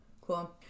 Cool